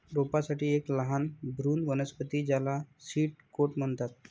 रोपांसाठी एक लहान भ्रूण वनस्पती ज्याला सीड कोट म्हणतात